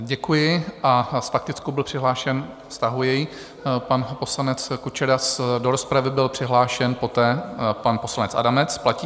Děkuji a s faktickou byl přihlášen stahuje ji pan poslanec Kučera, do rozpravy byl přihlášen poté pan poslanec Adamec, platí?